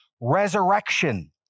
resurrection